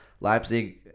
Leipzig